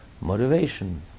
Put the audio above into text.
motivation